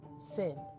Sin